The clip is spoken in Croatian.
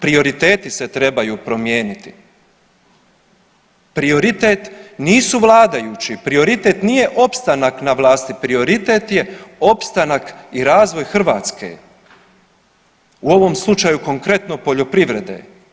Prioriteti se trebaju promijeniti, prioritet nisu vladajući, prioritet nije opstanak na vlasti, prioritet je opstanak i razvoj Hrvatske u ovom slučaju konkretno poljoprivrede.